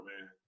man